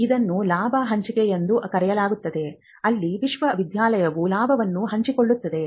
ಇದನ್ನು ಲಾಭ ಹಂಚಿಕೆ ಎಂದು ಕರೆಯಲಾಗುತ್ತದೆ ಅಲ್ಲಿ ವಿಶ್ವವಿದ್ಯಾಲಯವು ಲಾಭವನ್ನು ಹಂಚಿಕೊಳ್ಳುತ್ತದೆ